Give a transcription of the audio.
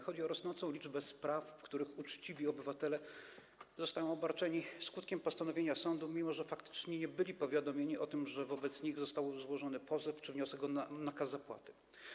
Chodzi o rosnącą liczbę spraw, w przypadku których uczciwi obywatele zostają obarczeni skutkiem postanowienia sądu, mimo że faktycznie nie byli powiadomieni, że wobec nich został złożony pozew czy wniosek o nakaz zapłaty.